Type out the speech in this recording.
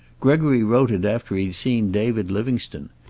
gregory wrote it after he'd seen david livingstone.